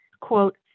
quote